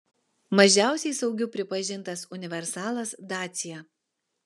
mažiausiai saugiu pripažintas universalas dacia